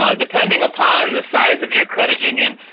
ah depending upon the size of your credit union,